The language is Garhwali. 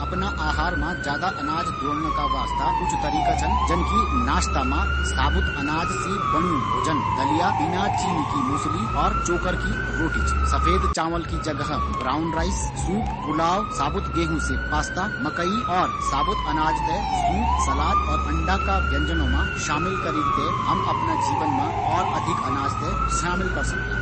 अपना अहार मा अनाज की मात्र बढ़ोन का वास्ता कुछ तरीका छन, जौमा हम नाश्ता मा साबुत अनाज सी बंन्यु भोजन ळी सकदा दलिया बिन चीनी की मूसळी और चोकर की रोटी। सफ़ेद चावल की जगह ब्राउन राइस कु उपयोग करिक ते हम भोजन मा साबुत अनाज की मात्र बढे सकदा।